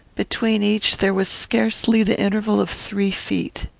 between each, there was scarcely the interval of three feet.